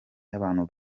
y’abantu